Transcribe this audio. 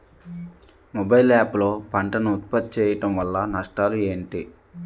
Mobile app లో పంట నే ఉప్పత్తి చేయడం వల్ల నష్టాలు ఏంటి?